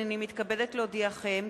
הנני מתכבדת להודיעכם,